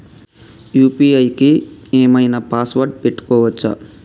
UPI కి ఏం ఐనా పాస్వర్డ్ పెట్టుకోవచ్చా?